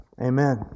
Amen